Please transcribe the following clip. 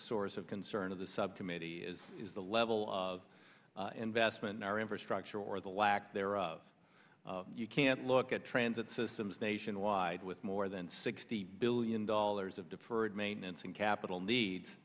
source of concern of the subcommittee is is the level of investment in our infrastructure or the lack thereof you can't look at transit systems nationwide with more than sixty billion dollars of deferred maintenance and capital needs